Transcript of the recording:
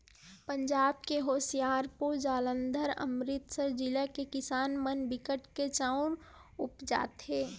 पंजाब के होसियारपुर, जालंधर, अमरितसर जिला के किसान मन बिकट के चाँउर उपजाथें